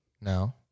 No